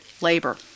labor